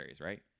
right